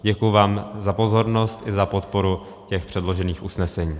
Děkuji vám za pozornost i za podporu těch předložených usnesení.